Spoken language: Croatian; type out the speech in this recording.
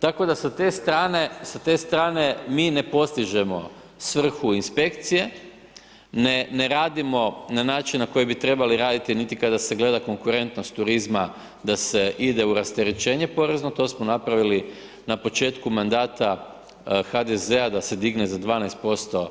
Tako da sa te strane, sa te strane mi ne postižemo svrhu inspekcije, ne radimo na način na koji bi trebali raditi niti kada se gleda konkurentnost turizma da se ide u rasterećenje porezno, to smo napravili na početku mandata HDZ-a da se digne za 12%